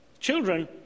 Children